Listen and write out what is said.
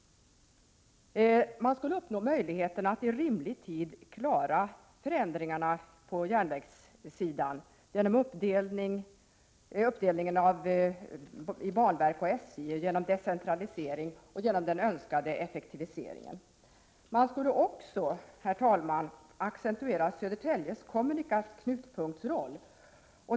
Man skulle uppnå möjligheter att i rimlig tid klara förändringarna på järnvägssidan genom uppdelningen i banverk och SJ, genom decentralisering och genom den önskade effektiviseringen. Man skulle också, herr talman, accentuera Södertäljes kommunikativa knutpunktsroll.